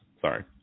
Sorry